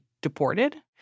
deported